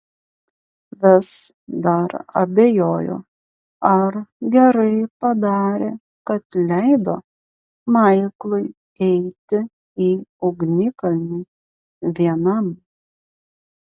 vis dar abejojo ar gerai padarė kad leido maiklui eiti į ugnikalnį vienam